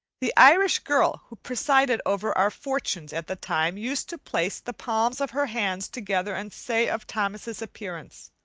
the irish girl who presided over our fortunes at the time used to place the palms of her hands together and say of thomas's appearance,